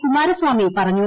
കുമാരസ്വാമി പറഞ്ഞു